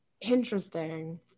Interesting